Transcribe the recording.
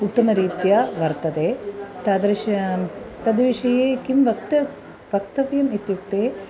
उत्तमरीत्या वर्तते तादृशं तद् विषये किं वक्तुं वक्तव्यम् इत्युक्ते